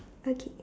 okay